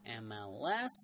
MLS